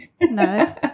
no